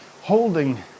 holding